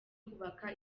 kubaka